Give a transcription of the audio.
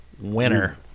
winner